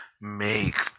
make